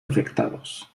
afectados